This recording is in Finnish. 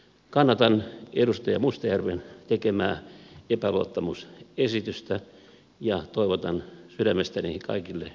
kannatan edustaja mustajärven tekemää epäluottamusesitystä ja toivotan sydämestäni kaikille hyvää kesää